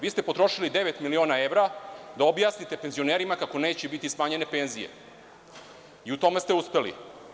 Vi ste potrošili 9.000.000 evra da objasnite penzionerima kako neće biti smanjene penzije i u tome ste uspeli.